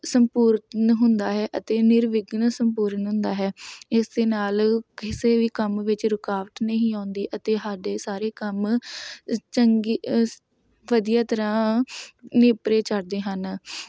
ਸੰਪੂਰਨ ਹੁੰਦਾ ਹੈ ਅਤੇ ਨਿਰਵਿਘਨ ਸੰਪੂਰਨ ਹੁੰਦਾ ਹੈ ਇਸ ਦੇ ਨਾਲ ਕਿਸੇ ਵੀ ਕੰਮ ਵਿੱਚ ਰੁਕਾਵਟ ਨਹੀਂ ਆਉਂਦੀ ਅਤੇ ਸਾਡੇ ਸਾਰੇ ਕੰਮ ਚੰਗੀ ਵਧੀਆ ਤਰ੍ਹਾਂ ਨੇਪਰੇ ਚੜ੍ਹਦੇ ਹਨ